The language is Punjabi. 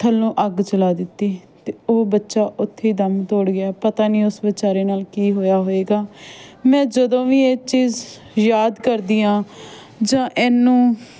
ਥੱਲੋਂ ਅੱਗ ਚਲਾ ਦਿੱਤੀ ਅਤੇ ਉਹ ਬੱਚਾ ਉੱਥੇ ਦਮ ਤੋੜ ਗਿਆ ਪਤਾ ਨਹੀਂ ਉਸ ਵਿਚਾਰੇ ਨਾਲ ਕੀ ਹੋਇਆ ਹੋਏਗਾ ਮੈਂ ਜਦੋਂ ਵੀ ਇਹ ਚੀਜ਼ ਯਾਦ ਕਰਦੀ ਹਾਂ ਜਾਂ ਇਹਨੂੰ